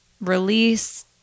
release